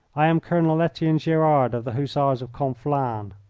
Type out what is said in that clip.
i am colonel etienne gerard, of the hussars of conflans.